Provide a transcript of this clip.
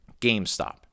GameStop